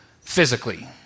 physically